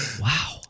Wow